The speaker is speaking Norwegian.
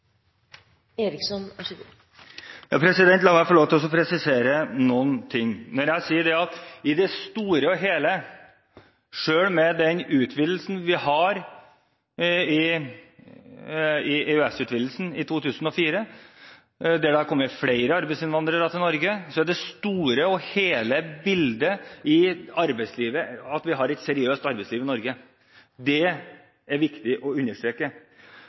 La meg få lov til å presisere noen ting. Selv etter EØS-utvidelsen i 2004, som gjør at det har kommet flere arbeidsinnvandrere til Norge, er det store og hele bildet at vi har et seriøst arbeidsliv i Norge. Det er viktig å understreke. Jeg sier ikke at det er problemfritt, det sa jeg også i mitt innlegg, men vi ser en økning i et mer brutalt arbeidsliv innenfor enkelte sektorer. Derfor er det viktig